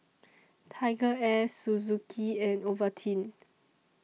TigerAir Suzuki and Ovaltine